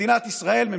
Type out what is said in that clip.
מדינת ישראל,